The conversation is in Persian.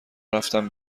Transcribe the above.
رفتم